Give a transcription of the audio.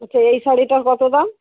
আচ্ছা এই শাড়িটার কত দাম